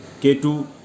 K2